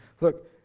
Look